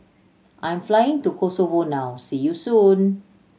I'm flying to Kosovo now see you soon